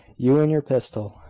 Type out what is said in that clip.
you and your pistol.